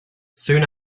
soon